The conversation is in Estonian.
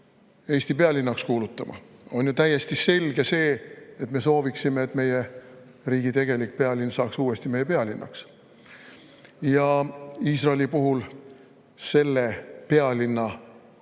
Eesti pealinnaks kuulutama. On ju täiesti selge, et me sooviksime, et meie riigi tegelik pealinn saaks uuesti meie pealinnaks. Iisraeli pealinna